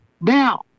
now